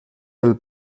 del